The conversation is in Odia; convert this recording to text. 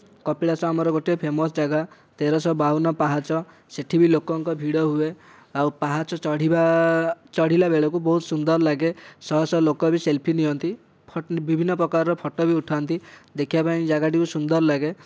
କପିଳାସ ଆମର ଗୋଟେ ଫେମସ୍ ଜାଗା ତେର ଶହ ବାବନ ପାହାଚ ସେଇଠି ବି ଲୋକଙ୍କ ଭିଡ଼ ହୁଏ ଆଉ ପାହାଚ ଚଢ଼ିବା ଚଢ଼ିଲା ବେଳକୁ ବହୁତ୍ ସୁନ୍ଦର୍ ଲାଗେ ଶହ ଶହ ଲୋକ ବି ସେଲ୍ଫି ନିଅନ୍ତି ବିଭିନ୍ନପ୍ରକାରର ଫଟୋ ବି ଉଠାନ୍ତି ଦେଖିବା ପାଇଁ ଜାଗାଟି ବି ସୁନ୍ଦର ଲାଗେ